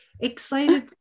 excited